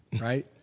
right